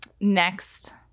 Next